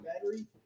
battery